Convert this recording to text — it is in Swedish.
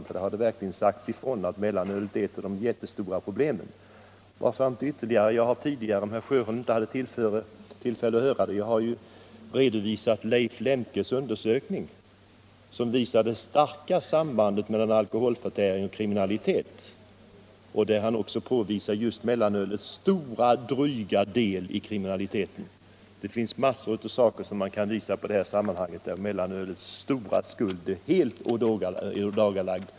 Skolöverstyrelsen har verkligen sagt ifrån att mellanölet är ett stort problem. Jag har vidare tidigare — herr Sjöholm kanske inte hade tillfälle att höra det — redovisat Leif Lemkes undersökning, som visar det starka sambandet mellan alkoholförtäring och kriminalitet. Han påvisar mellanölets dryga del i kriminaliteten. Det finns i detta sammanhang massor av företeelser som man kan visa på, där mellanölets stora skuld är helt ådagalagd.